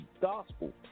gospel